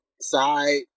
side